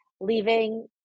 leaving